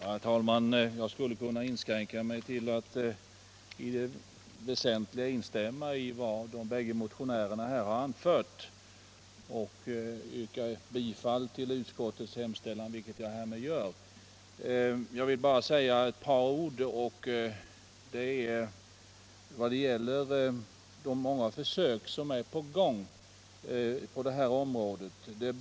Herr talman! Jag skulle kunna inskränka mig till att i allt väsentligt instämma i vad de båda motionärerna anförde och yrka bifall till utskottets hemställan, vilket jag härmed gör. Några ord bara med anledning av de många försök som pågår på det här området.